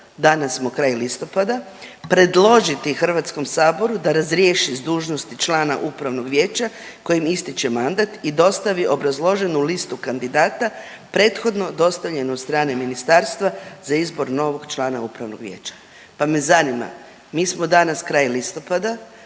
danas smo kraj listopada, predložiti HS da razriješi s dužnosti člana upravnog vijeća kojem ističe mandat i dostavi obrazloženu listu kandidata prethodno dostavljenu od strane ministarstva za izbor novog člana upravnog vijeća. Pa me zanima, mi smo danas kraj listopada,